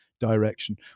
direction